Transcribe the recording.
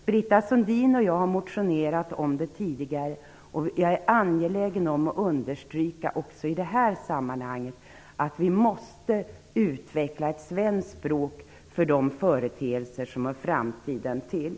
Britta Sundin och jag har motionerat om det tidigare, och jag är angelägen om att understryka också i det här sammanhanget att vi måste utveckla ett svenskt språk för de företeelser som hör framtiden till.